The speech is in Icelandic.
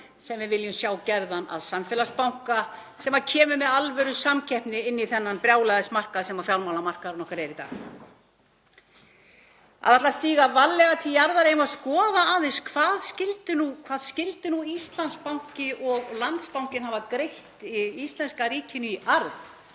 sem við viljum sjá gerðan að samfélagsbanka, sem kæmi með alvörusamkeppni inn á þann brjálæðismarkað sem fjármálamarkaðurinn okkar er í dag. Að ætla að stíga varlega til jarðar — eigum við að skoða aðeins hvað Íslandsbanki og Landsbankinn hafa greitt íslenska ríkinu í arð